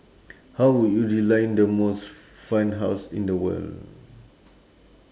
how would you design the most fun house in the world